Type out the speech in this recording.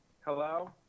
hello